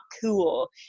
cool